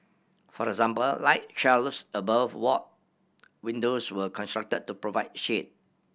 for example light shelves above ward windows were constructed to provide shade